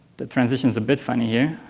the transition is a bit funny here,